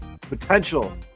Potential